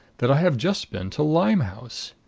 that i have just been to limehouse.